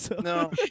No